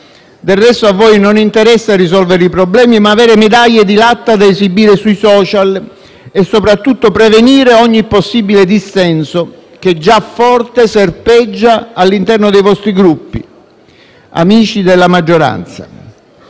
Del resto, a voi non interessa risolvere i problemi, ma avere medaglie di latta da esibire sui *social* e soprattutto prevenire ogni possibile dissenso che già forte serpeggia all'interno dei vostri Gruppi. Amici della maggioranza,